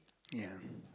ya